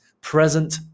present